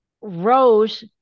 rose